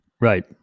Right